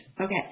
Okay